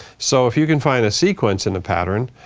so if you can find a sequence in the pattern,